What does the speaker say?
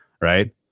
right